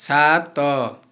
ସାତ